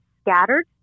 scattered